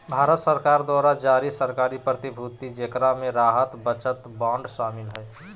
भारत सरकार द्वारा जारी सरकारी प्रतिभूति जेकरा मे राहत बचत बांड शामिल हइ